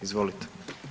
Izvolite.